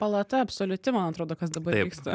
palata absoliuti man atrodo kas dabar vyksta